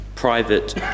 Private